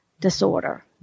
disorder